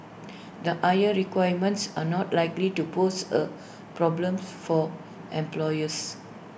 the higher requirements are not likely to pose A problem for employers